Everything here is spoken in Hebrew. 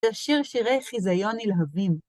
ישיר שירי חיזיון נלהבים.